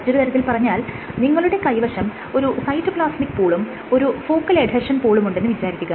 മറ്റൊരു തരത്തിൽ പറഞ്ഞാൽ നിങ്ങളുടെ കൈവശം ഒരു സൈറ്റോപ്ലാസ്മിക് പൂളും ഒരു ഫോക്കൽ എഡ്ഹെഷൻ പൂളുമുണ്ടെന്ന് വിചാരിക്കുക